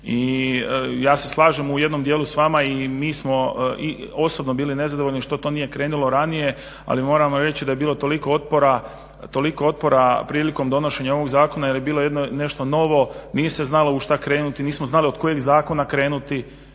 I ja se slažem u jednom dijelu s vama i mi smo i osobno bili nezadovoljni što to nije krenulo ranije, ali moram vam reći da je bilo toliko otpora prilikom donošenja ovog zakona jer je bilo nešto novo, nije se znalo u šta krenuti, nismo znali od kojeg zakona krenuti.